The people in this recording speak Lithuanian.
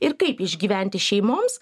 ir kaip išgyventi šeimoms